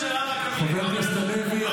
והקבינט יתמכו בהפקרות הזאת --- חבר הכנסת הלוי,